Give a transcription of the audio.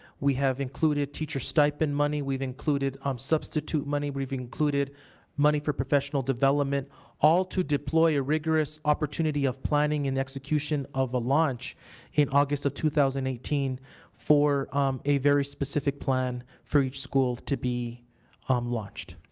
we have included teacher stipend money. we've included um substitute money. we've included money for professional development all to deploy a rigorous opportunity of planning and execution of a launch in august of two thousand and eighteen for a very specific plan for each school to be um watched.